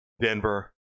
Denver